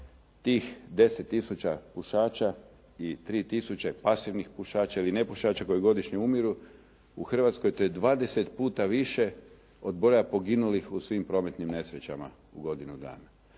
tih 10000 pušača i 3000 pasivnih pušača ili nepušača koji godišnje umiru u Hrvatskoj to je 20 puta više od broja poginulih u svim prometnim nesrećama u godinu dana.